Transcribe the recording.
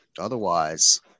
otherwise